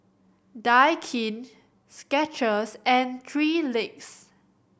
Daikin Skechers and Three Legs